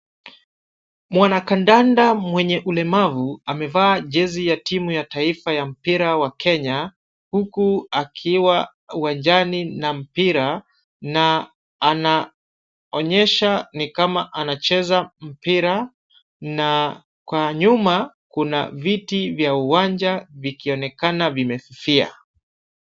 Mwanakandanda mwenye ulemavu amevaa jezi ya timu ya taifa ya mpira wa Kenya huku akiwa uwanjani na mpira na anaonyesha nikama anacheza mpira na kwa nyuma kuna viti vya uwanja vikionekana vimefifia.